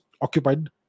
occupied